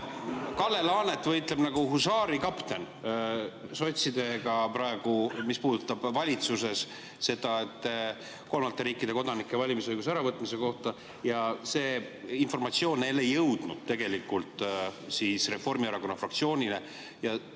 Kalle Laanet võitleb nagu husaarikapten sotsidega praegu, mis puudutab valitsuses seda, kas kolmandate riikide kodanike valimisõigus ära võtta, ja see informatsioon ei jõudnud tegelikult Reformierakonna fraktsioonile.